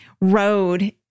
road